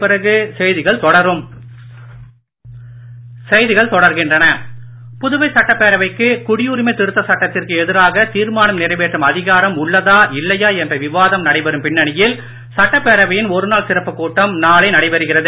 பேரவை கூட்டம் புதுவை சட்டப் பேரவைக்கு குடியுரிமை திருத்த சட்டத்திற்கு எதிராக தீர்மானம் நிறைவேற்றும் அதிகாரம் உள்ளதா இல்லையா என்ற விவாதம் நடைபெறும் பின்னணியில் சட்டப்பேரவையின் ஒருநாள் சிறப்புக் கூட்டம் நாளை நடைபெறுகிறது